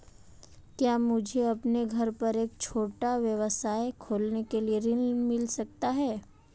क्या मुझे अपने घर पर एक छोटा व्यवसाय खोलने के लिए ऋण मिल सकता है?